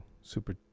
Super